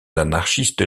anarchistes